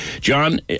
John